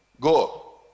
go